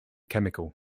chemical